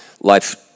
life